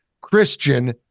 Christian